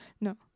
No